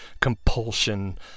compulsion